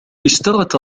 اشترت